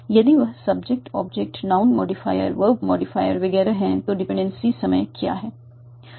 यदि यह subject object noun modifier verb modifier वगैरह है तो डिपेंडेंसी समय क्या है